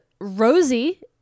Rosie